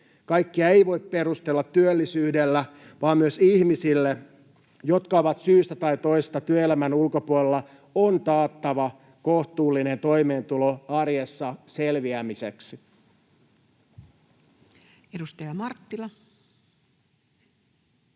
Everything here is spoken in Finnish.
Kaikkea ei voi perustella työllisyydellä, vaan myös ihmisille, jotka ovat syystä tai toisesta työelämän ulkopuolella, on taattava kohtuullinen toimeentulo arjessa selviämiseksi. [Speech 158]